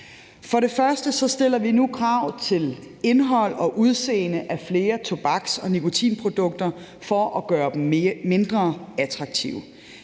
Først stiller vi nu krav til indhold og udseende af flere tobaks- og nikotinprodukter for at gøre dem mindre attraktive.